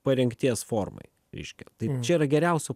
parengties formoj reiškia tai čia yra geriausia